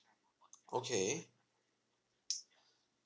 okay